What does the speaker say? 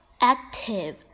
active